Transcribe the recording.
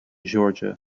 georgia